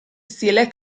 stile